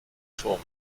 turm